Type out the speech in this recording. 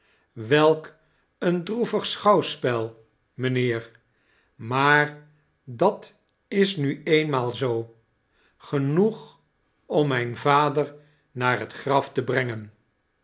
welk een dnoevig schouwspel mijnheer maar dat is nu eenmaal zoo genoeg om mijn vader naar het graf te brengen